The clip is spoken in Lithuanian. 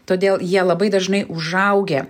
todėl jie labai dažnai užaugę